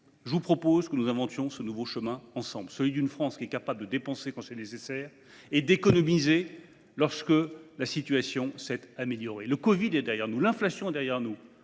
je propose que nous inventions, ensemble, ce nouveau chemin, celui d’une France capable de dépenser quand c’est nécessaire et d’économiser lorsque la situation s’est améliorée. Le covid 19 est derrière nous, l’inflation est derrière nous